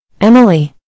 Emily